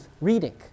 reading